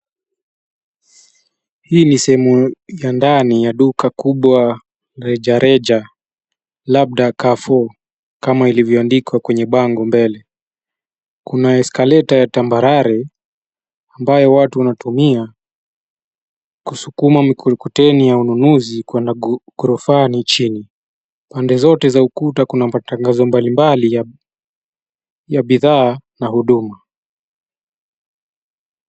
Hiii ni sehemu ya ndani ya duka kubwa reja reja labda Carrefour kama ilivyoadikwa kwenye bango mbele kuna eskaleta ya tambarare ambayo watu wanatumia kusukuma mkokoteni ya ununuzi kwenda gorofani chini .Pande zote za ukuta kuna matagazo mbali mbali ya bidhaa na huduma.